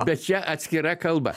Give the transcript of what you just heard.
bet čia atskira kalba